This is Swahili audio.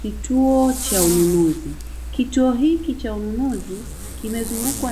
kituo cha ununuzi kituo hiki cha ununuzi